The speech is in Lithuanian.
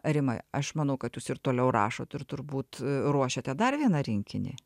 rimai aš manau kad jūs ir toliau rašot ir turbūt ruošiate dar vieną rinkinį